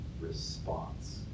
response